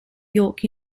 york